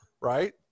Right